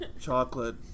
Chocolate